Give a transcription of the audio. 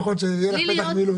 לפחות שיהיה לך פתח מילוט.